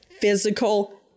physical